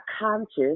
conscious